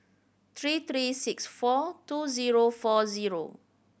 three three six four two zero four zero